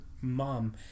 mom